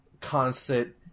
constant